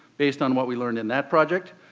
based on what we learned in that project,